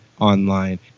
online